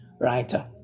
writer